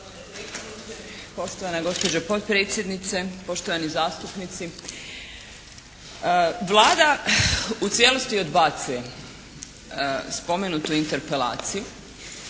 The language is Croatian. poštovana gospođo potpredsjednice, poštovani zastupnici. Vlada u cijelosti odbacuje spomenutu interpelaciju